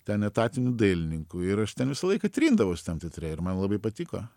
ten etatiniu dailininku ir aš ten visą laiką trindavausi tam teatre ir man labai patiko